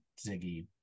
Ziggy